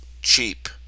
cheap